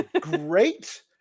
great